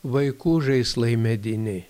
vaikų žaislai mediniai